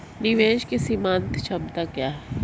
निवेश की सीमांत क्षमता क्या है?